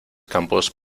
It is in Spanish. campos